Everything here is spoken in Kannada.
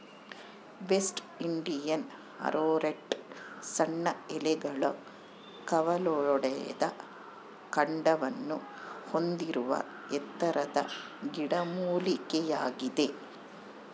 ವೆಸ್ಟ್ ಇಂಡಿಯನ್ ಆರೋರೂಟ್ ಸಣ್ಣ ಎಲೆಗಳು ಕವಲೊಡೆದ ಕಾಂಡವನ್ನು ಹೊಂದಿರುವ ಎತ್ತರದ ಗಿಡಮೂಲಿಕೆಯಾಗಿದೆ